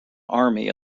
army